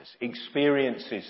Experiences